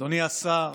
אדוני השר,